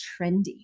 trendy